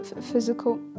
physical